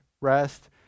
rest